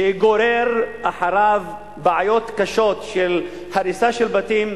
שגוררת אחריה בעיות קשות של הריסה של בתים.